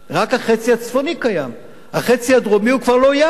רק החצי הצפוני קיים, החצי הדרומי הוא כבר לא ים.